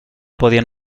podien